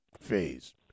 phase